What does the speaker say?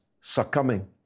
succumbing